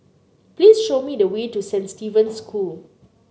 please show me the way to Saint Stephen's School